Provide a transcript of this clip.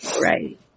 right